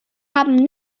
haben